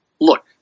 Look